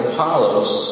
Apollos